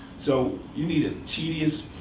so you need a tedious,